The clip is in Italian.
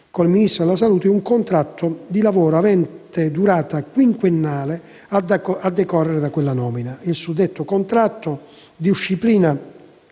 il Ministro della salute un contratto di lavoro avente durata quinquennale a decorrere dalla nomina. Il suddetto contratto disciplina